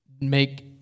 make